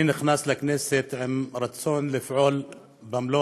אני נכנס לכנסת עם רצון לפעול במלוא